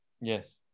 Yes